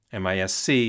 MISC